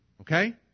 Okay